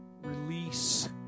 release